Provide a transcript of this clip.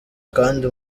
kandi